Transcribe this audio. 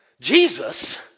Jesus